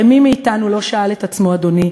הרי מי מאתנו לא שאל את עצמו, אדוני,